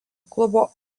klubo